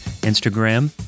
Instagram